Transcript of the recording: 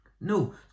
No